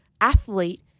athlete